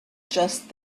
just